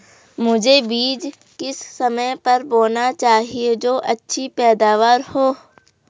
मुझे बीज किस समय पर बोना चाहिए जो अच्छी पैदावार हो?